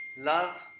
Love